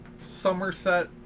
Somerset